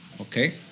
okay